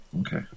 Okay